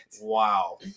Wow